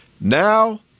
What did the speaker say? Now